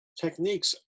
techniques